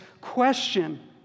question